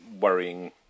worrying